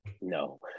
No